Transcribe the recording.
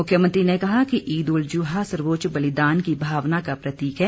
मुख्यमंत्री ने कहा कि ईद उल जुहा सर्वोच्च बलिदान की भावना का प्रतीक है